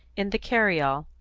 in the carry-all,